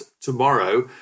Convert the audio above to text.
tomorrow